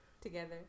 together